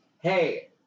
hey